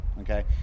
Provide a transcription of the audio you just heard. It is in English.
okay